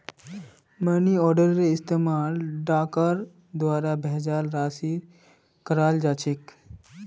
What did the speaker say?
money आर्डरेर इस्तमाल डाकर द्वारा भेजाल राशिर कराल जा छेक